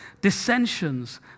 dissensions